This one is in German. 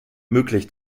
möglich